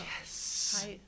Yes